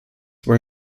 were